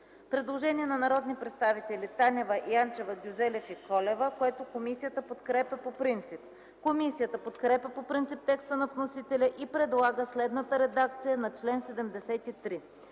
Предложение на народните представители Танева, Янчева, Гюзелев и Колева, което комисията подкрепя по принцип. Комисията подкрепя по принцип текста на вносителя и предлага следната редакция на чл. 73: